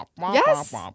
Yes